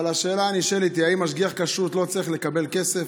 אבל השאלה הנשאלת היא: האם משגיח כשרות לא צריך לקבל כסף,